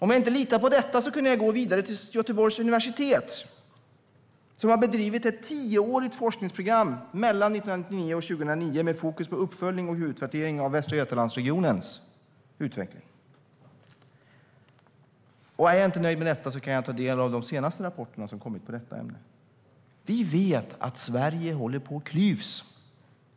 Om jag inte litar på detta kan jag gå till Göteborgs universitet, som har bedrivit ett tioårigt forskningsprogram, mellan 1999 och 2009, med fokus på uppföljning och utvärdering av Västra Götalandsregionens utveckling. Är jag inte nöjd med detta kan jag ta del av de senaste rapporterna som kommit i detta ämne. Vi vet att Sverige håller på att klyvas.